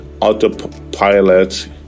autopilot